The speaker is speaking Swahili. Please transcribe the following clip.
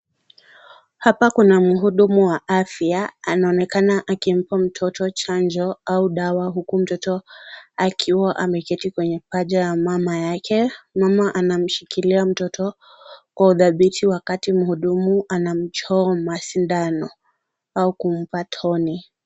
Hapa kuna muhudumu wa afya, anaonekana akimpa mtoto chanjo au dawa, huku mtoto akiwa ameketi kwenye paja ya mama yake, mama anamshikilia mtoto, kwa uthabiti wakati muhudumu anamchoma sindano, au kumpa tone.